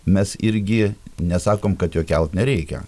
mes irgi nesakom kad jo kelt nereikia